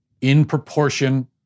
in-proportion